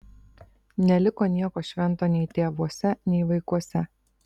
neliko nieko švento nei tėvuose nei vaikuose